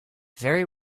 very